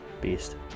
beast